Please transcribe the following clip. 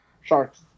Sharks